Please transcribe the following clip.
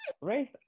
Race